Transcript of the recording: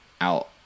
out